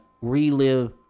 relive